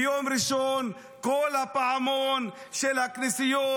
ביום ראשון קול הפעמון של הכנסיות